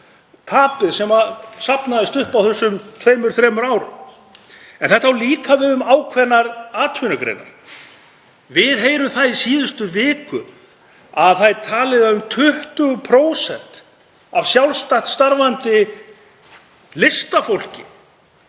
tapið sem safnaðist upp á þessum tveimur, þremur árum. En þetta á líka við um ákveðnar atvinnugreinar. Við heyrum það í síðustu viku að það er talið að um 20% af sjálfstætt starfandi listafólki